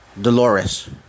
Dolores